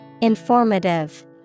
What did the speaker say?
Informative